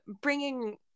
bringing